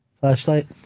flashlight